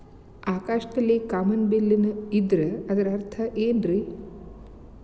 ಆಕಾಶದಲ್ಲಿ ಕಾಮನಬಿಲ್ಲಿನ ಇದ್ದರೆ ಅದರ ಅರ್ಥ ಏನ್ ರಿ?